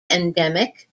endemic